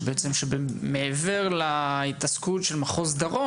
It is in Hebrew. שבעצם מעבר להתעסקות של מחוז דרום,